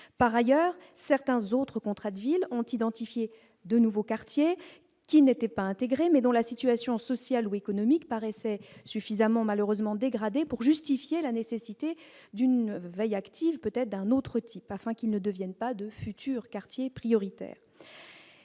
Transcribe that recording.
Par ailleurs, certains autres contrats de ville ont identifié de nouveaux quartiers qui n'étaient pas intégrés, mais dont la situation sociale ou économique paraissait malheureusement suffisamment dégradée pour justifier une veille active d'un autre type afin qu'ils ne deviennent pas de futurs quartiers prioritaires.